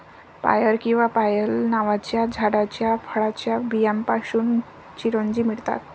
पायर किंवा पायल नावाच्या झाडाच्या फळाच्या बियांपासून चिरोंजी मिळतात